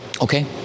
Okay